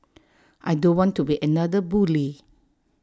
I don't want to be another bully